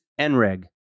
NREG